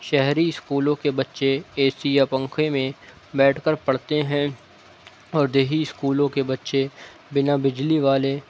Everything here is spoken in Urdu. شہری اسکولوں کے بچے اے سی یا پنکھے میں بیٹھ کر پڑھتے ہیں اور دیہی اسکولوں کے بچے بنا بجلی والے